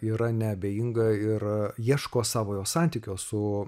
yra neabejinga ir ieško savojo santykio su